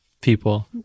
people